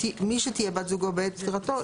מי שתהיה בת זוגו בעת פטירתו,